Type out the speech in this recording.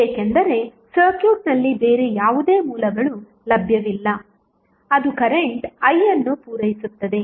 ಏಕೆಂದರೆ ಸರ್ಕ್ಯೂಟ್ನಲ್ಲಿ ಬೇರೆ ಯಾವುದೇ ಮೂಲಗಳು ಲಭ್ಯವಿಲ್ಲ ಅದು ಕರೆಂಟ್ iಅನ್ನು ಪೂರೈಸುತ್ತದೆ